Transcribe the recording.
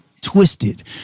twisted